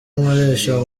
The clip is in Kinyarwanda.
nkoresha